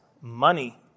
money